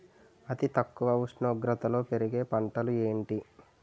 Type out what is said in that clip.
అతి తక్కువ ఉష్ణోగ్రతలో పెరిగే పంటలు ఏంటి?